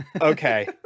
Okay